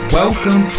welcome